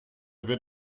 wird